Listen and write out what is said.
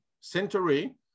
century